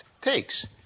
takes